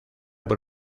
por